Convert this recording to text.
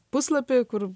puslapį kur